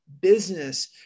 business